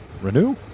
Renew